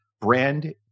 Brand